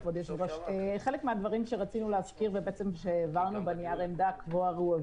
חלק מהדברים שרצינו להזכיר כבר הועברו בנייר עמדה.